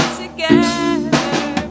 together